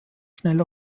schnell